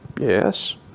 yes